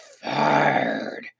FIRED